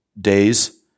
days